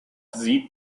sieht